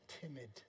timid